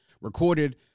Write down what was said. Recorded